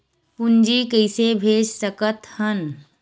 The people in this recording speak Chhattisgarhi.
पूंजी कइसे भेज सकत हन?